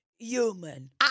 Human